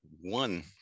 one